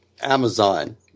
Amazon